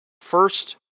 First